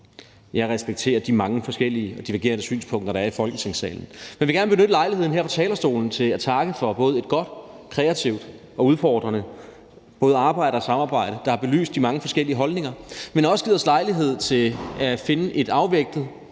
Jeg respekterer de mange forskellige og divergerende synspunkter, der er i Folketingssalen, men vil gerne benytte lejligheden her på talerstolen til at takke for både et godt, kreativt og udfordrende arbejde såvel som samarbejde, der er belyst med mange forskellige holdninger og også har givet os lejlighed til at finde et afvejet